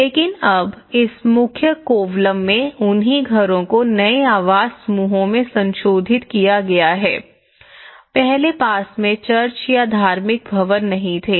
लेकिन अब इस मुख्य कोवलम में उन्हीं घरों को नए आवास समूहों में संशोधित किया गया है पहले पास में चर्च या धार्मिक भवन नहीं थे